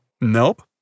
Nope